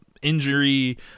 injury